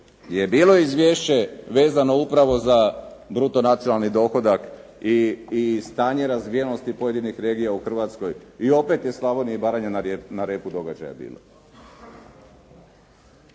je bilo izvješće vezano upravo za bruto nacionalni dohodak i stanje razvijenosti pojedinih regija u Hrvatskoj i opet je Slavonija i Baranja na repu događaju bila.